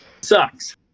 sucks